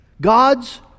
God's